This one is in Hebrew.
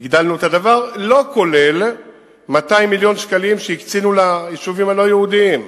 לא כולל 200 מיליון שקלים שהקצינו ליישובים הלא-יהודיים,